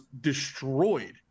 destroyed